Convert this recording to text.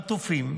חטופים,